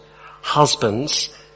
Husbands